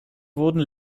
wurden